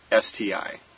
STI